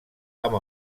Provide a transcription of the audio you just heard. amb